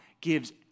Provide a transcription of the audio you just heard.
gives